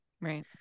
Right